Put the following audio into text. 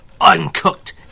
uncooked